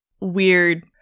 weird